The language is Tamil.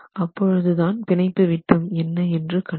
அப்பொழுது தான் பிணைப்பு விட்டம் என்ன என்று கண்டோம்